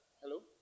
hello